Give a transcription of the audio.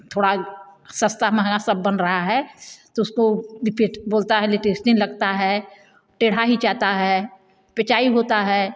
थोड़ा सस्ता महंगा सब बन रहा है तो उसको लिपीट बोलता है लगता है टेढ़ा ही जाता है पिचाई होता है